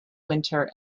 winter